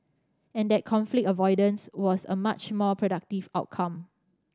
and that conflict avoidance was a much more productive outcome